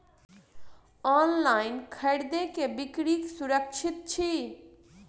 online खरीदै बिक्री सुरक्षित छी